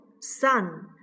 sun